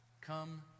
come